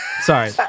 Sorry